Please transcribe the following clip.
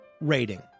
rating